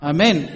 Amen